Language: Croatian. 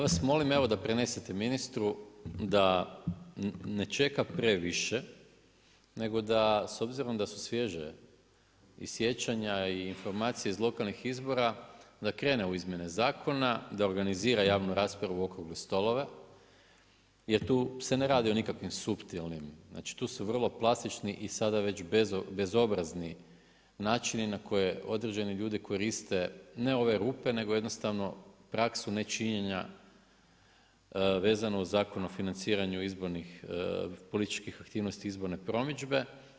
Ja vas molim evo da prenesete ministru da ne čeka previše, nego da s obzirom da su svježe i sjećanja i informacije iz lokalnih izvora da krene u izmjene zakona, da organizira javnu raspravu i okrugle stolove, jer tu se ne radi o nikakvim suptilnim, znači tu su vrlo plastični i sada već bezobrazni načini na koje određene ljudi koriste ne ove rupe, nego jednostavno praksu nečinjenja vezano o Zakon o financiranju izbornih, političkih aktivnosti izborne promidžbe.